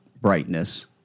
brightness